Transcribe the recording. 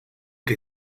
que